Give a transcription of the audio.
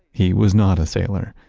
he was not a sailor.